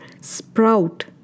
sprout